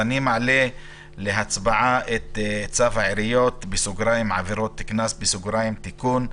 אני מעלה להצבעה את צו העיריות (עבירות קנס) (תיקון)